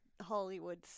Hollywood